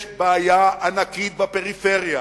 יש בעיה ענקית בפריפריה,